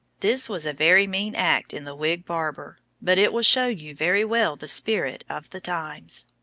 this was a very mean act in the whig barber, but, it will show you very well the spirit of the times.